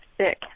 sick